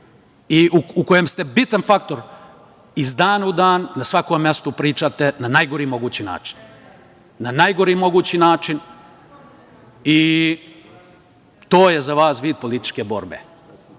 i u kojem ste bitan faktor iz dana u dan na svakom mestu pričate na najgori mogući način. To je za vas vid političke borbe.